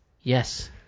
Yes